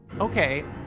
okay